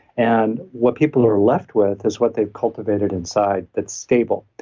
and what people are left with is what they've cultivated inside that's stable.